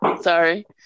sorry